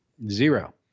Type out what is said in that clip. zero